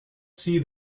see